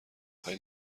خوای